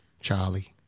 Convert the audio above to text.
Charlie